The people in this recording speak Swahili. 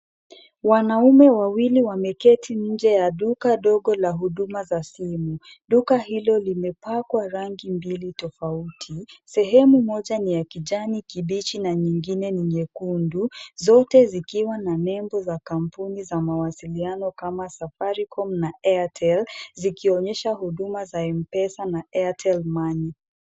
Wanaume wawili wameketi nje ya duka dogo la huduma za simu. Duka hilo limepakwa rangi mbili tofauti. Sehemu moja ni ya kijani kibichi na nyingine ni nyekundu zote zikiwa na nembo za kampuni za mawasiliano kama Safaricom na Airtel zikionyesha huduma za M-Pesa na Airtel Money.